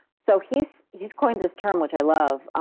so he's he's coined this term which i love,